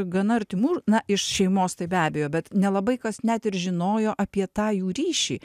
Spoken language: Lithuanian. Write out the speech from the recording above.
gana artimų na iš šeimos tai be abejo bet nelabai kas net ir žinojo apie tą jų ryšį